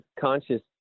conscious